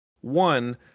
one